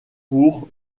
pour